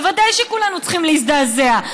בוודאי שכולנו צריכים להזדעזע.